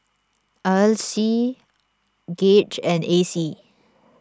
Ardyce Gauge and Acey